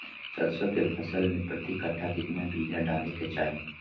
सरसों के फसल में प्रति कट्ठा कितना बिया डाले के चाही?